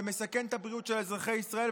זה מסכן את הבריאות של אזרחי ישראל,